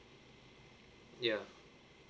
ya